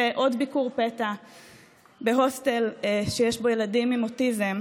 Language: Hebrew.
עוד ביקור פתע בהוסטל שיש בו ילדים עם אוטיזם,